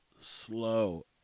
slow